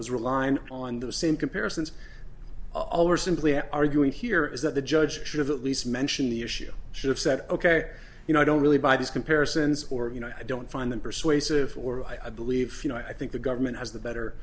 was realigned on those same comparisons all are simply arguing here is that the judge should have at least mention the issue should have said ok you know i don't really buy these comparisons or you know i don't find them persuasive or i believe you know i think the government has the better